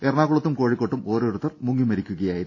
എറണാകുളത്തും കോഴിക്കോട്ടും ഓരോരുത്തർ മുങ്ങിമരിക്കുകയായിരുന്നു